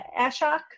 Ashok